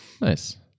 nice